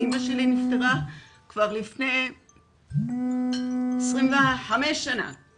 אמא שלי נפטרה כבר לפני 25 שנים,